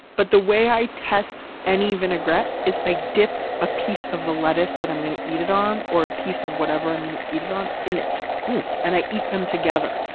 but the way i test any vinaigrette is i dip a piece of the lettuce that i'm going to eat it on, or a piece of whatever i'm going to eat it on, in and i eat them together.